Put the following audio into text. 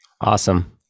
Awesome